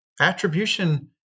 attribution